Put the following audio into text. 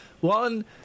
One